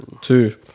Two